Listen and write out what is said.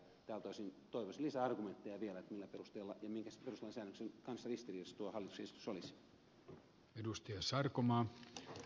tältä osin toivoisin lisää argumentteja vielä siitä millä perusteella ja minkä perustuslain säännöksen kanssa ristiriidassa tuo hallituksen esitys olisi